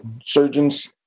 surgeons